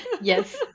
Yes